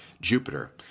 Jupiter